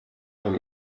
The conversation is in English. him